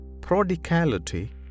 prodigality